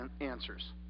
answers